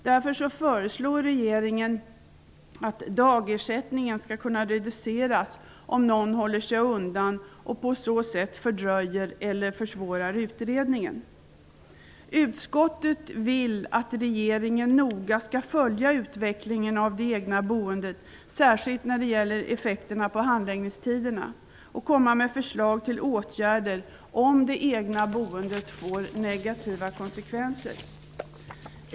Därför föreslår regeringen att dagersättningen skall kunna reduceras om någon håller sig undan och på så sätt fördröjer eller försvårar utredningen. Utskottet vill att regeringen noga skall följa utvecklingen av det egna boendet -- särskilt när det gäller effekterna på handläggningstiderna -- och komma med förslag till åtgärder om det egna boendet får negativa konsekvenser.